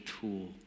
tool